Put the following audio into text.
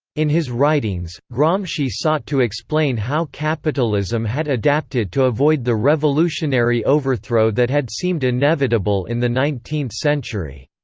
in his writings, gramsci sought to explain how capitalism had adapted to avoid the revolutionary overthrow that had seemed inevitable in the nineteenth century.